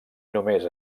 només